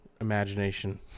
imagination